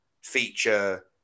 feature